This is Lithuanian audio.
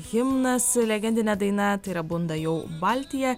himnas legendinė daina tai yra bunda jau baltija